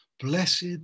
blessed